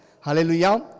Hallelujah